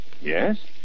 Yes